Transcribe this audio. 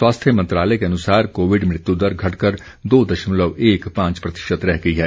स्वास्थ्य मंत्रालय के अनुसार कोविड मृत्यु दर घटकर दो दशमलव एक पांच प्रतिशत रह गई है